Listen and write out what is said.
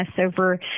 over